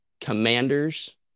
commanders